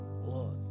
Lord